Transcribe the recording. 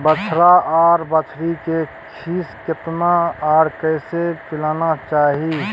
बछरा आर बछरी के खीस केतना आर कैसे पिलाना चाही?